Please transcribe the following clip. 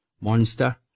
monster